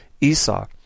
Esau